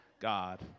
God